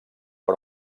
per